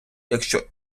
якщо